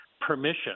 permission